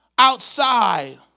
Outside